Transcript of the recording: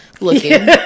looking